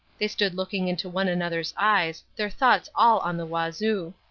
they stood looking into one another's eyes, their thoughts all on the wazoo.